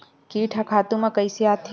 कीट ह खातु म कइसे आथे?